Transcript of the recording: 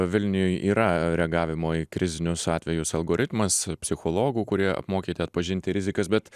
vilniuj yra reagavimo į krizinius atvejus algoritmas psichologų kurie apmokyti atpažinti rizikas bet